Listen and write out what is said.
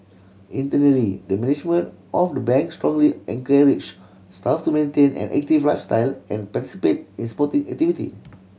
internally the management of the Bank strongly encourage staff to maintain an active lifestyle and participate in sporting activity